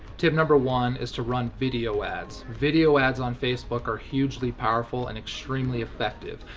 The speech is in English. tip number one is to run video ads. video ads on facebook are hugely powerful and extremely effective.